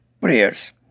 prayers